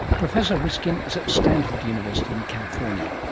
professor riskin is at stanford university in california.